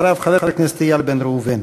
אחריו, חבר הכנסת איל בן ראובן.